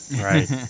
Right